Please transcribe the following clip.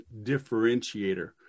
differentiator